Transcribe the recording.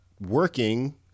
working